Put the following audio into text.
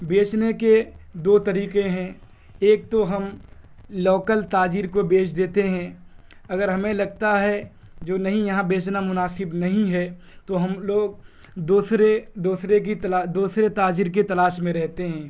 بیچنے کے دو طریقے ہیں ایک تو ہم لوکل تاجر کو بیچ دیتے ہیں اگر ہمیں لگتا ہے جو نہیں یہاں بیچنا مناسب نہیں ہے تو ہم لوگ دوسرے دوسرے کی تلاش دوسرے تاجر کی تلاش میں رہتے ہیں